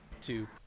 Two